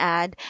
add